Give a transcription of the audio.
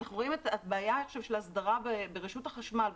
אנחנו רואים את הבעיה של אסדרה ברשות החשמל,